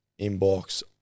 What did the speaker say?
inbox